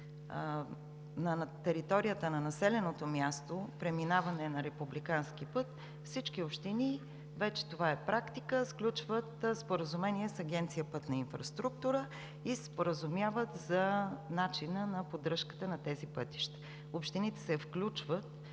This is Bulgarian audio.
на територията на населеното място преминаване на републикански път, сключват споразумение с Агенция „Пътна инфраструктура“ и се споразумяват за начина на поддръжката на тези пътища. Общините се включват